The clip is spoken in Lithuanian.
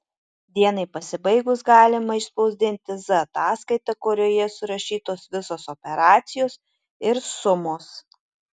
dienai pasibaigus galima išspausdinti z ataskaitą kurioje surašytos visos operacijos ir sumos